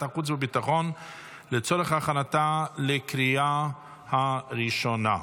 החוץ והביטחון לצורך הכנתה לקריאה ראשונה.